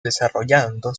desarrollando